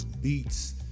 beats